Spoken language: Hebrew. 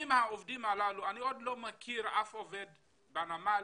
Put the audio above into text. אם העובדים הללו, אני עוד לא מכיר אף עובד בנמל